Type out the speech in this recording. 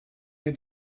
wir